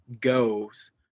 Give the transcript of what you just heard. goes